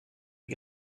des